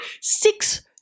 six